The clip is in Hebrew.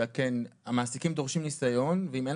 שכן המעסיקים דורשים ניסיון ואם אין